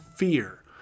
Fear